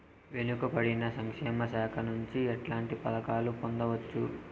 వెనుక పడిన సంక్షేమ శాఖ నుంచి ఎట్లాంటి పథకాలు పొందవచ్చు?